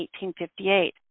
1858